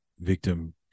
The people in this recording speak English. Victim